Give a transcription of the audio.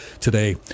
today